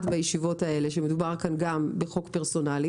בישיבות האלה שמדובר כאן גם בחוק פרסונלי,